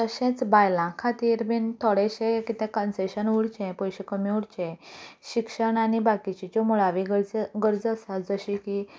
तशेंच बायलां खातीर बी थोडेंशें कितें कन्सेशन उरचें पयशे कमी उरचे शिक्षण आनी बाकीच्यो ज्यो मुळावो गरजे गरजो आसा जशे की